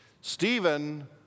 Stephen